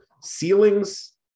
ceilings